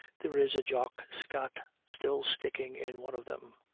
there is a jock scott still sticking in one of them.